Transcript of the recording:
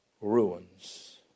ruins